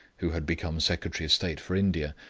who had become secretary of state for india,